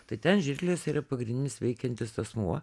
tai ten žirklės yra pagrindinis veikiantis asmuo